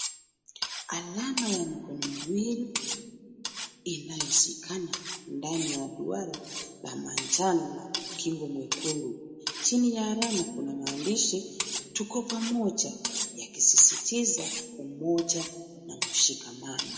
Alama ya mikono miwili inayoshikana ndani ya duara la manjano na ukingo mwekundu. Chini ya alama kuna maandishi Tuko Pamoja, yakisisitiza umoja na mshikamano.